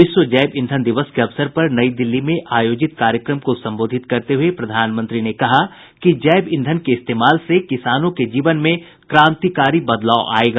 विश्व जैव ईंधन दिवस के अवसर पर नई दिल्ली में आयोजित कार्यक्रम को संबोधित करते हुए प्रधानमंत्री ने कहा कि जैव ईंधन के इस्तेमाल से किसानों के जीवन में क्रांतिकारी बदलाव आयेगा